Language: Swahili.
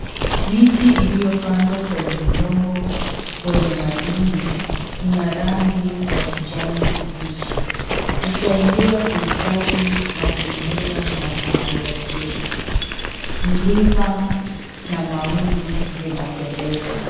Miti iliyopandwa kwenye udongo wenye madini, ina rangi ya kijani kibichi. Husaidia kuhifadhi mazingira na mali asili. Milima na mawingu zinapendeza.